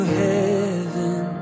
heaven